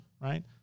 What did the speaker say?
right